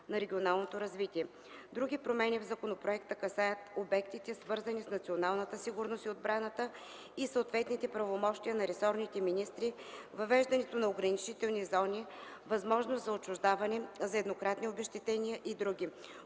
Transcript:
на регионалното развитие. Други промени в законопроекта касаят: обектите, свързани с националната сигурност и отбрана и съответните правомощия на ресорните министри, въвеждането на ограничителни зони, възможност за отчуждаване, за еднократни обезщетения и други;